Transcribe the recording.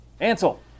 Ansel